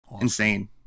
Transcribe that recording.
insane